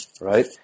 right